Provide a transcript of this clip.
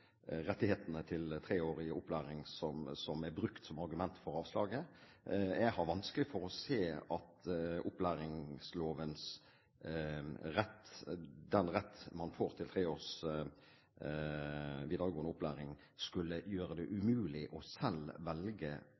avslaget. Jeg har vanskelig for å se at opplæringsloven – den rett man får til tre års videregående opplæring – skulle gjøre det umulig selv å velge